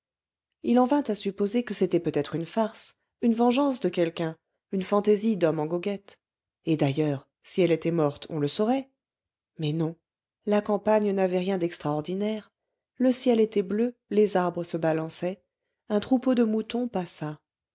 il en vint à supposer que c'était peut-être une farce une vengeance de quelqu'un une fantaisie d'homme en goguette et d'ailleurs si elle était morte on le saurait mais non la campagne n'avait rien d'extraordinaire le ciel était bleu les arbres se balançaient un troupeau de moutons passa